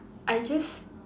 I just